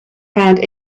found